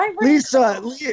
Lisa